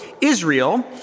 Israel